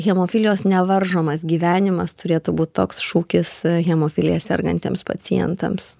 hemofilijos nevaržomas gyvenimas turėtų būt toks šūkis hemofilija sergantiems pacientams